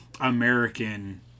American